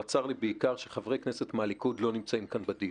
אלא צר לי בעיקר שחברי כנסת מהליכוד לא נמצאים כאן בדיון.